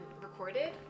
recorded